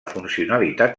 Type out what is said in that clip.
funcionalitat